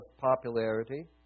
popularity